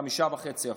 5.5%,